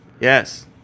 Yes